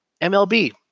MLB